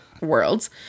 worlds